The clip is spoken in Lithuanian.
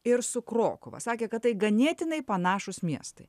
ir su krokuva sakė kad tai ganėtinai panašūs miestai